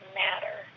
matter